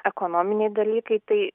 ekonominiai dalykai tai